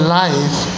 life